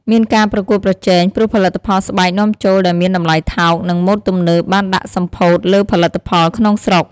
មានការប្រកួតប្រជែង ព្រោះផលិតផលស្បែកនាំចូលដែលមានតម្លៃថោក និងម៉ូដទំនើបបានដាក់សម្ពាធលើផលិតផលក្នុងស្រុក។